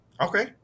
Okay